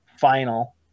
final